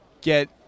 get